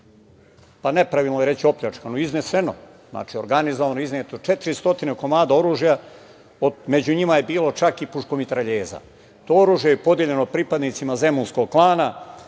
nepravilno je reći opljačkano, izneseno, znači, organizovano, izneto 400 komada oružja, među njima je bilo čak i puškomitraljeza. To oružje je podeljeno pripadnicima Zemunskog klana